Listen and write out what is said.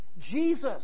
Jesus